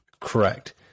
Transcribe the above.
Correct